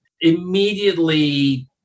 Immediately